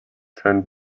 turned